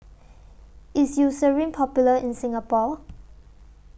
IS Eucerin Popular in Singapore